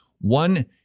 one